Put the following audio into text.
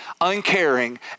uncaring